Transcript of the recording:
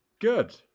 Good